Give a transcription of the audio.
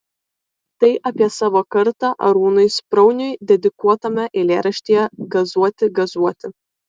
tai apie savo kartą arūnui sprauniui dedikuotame eilėraštyje gazuoti gazuoti